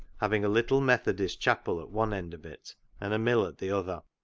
having a little methodist chapel at one end of it and a mill at the other.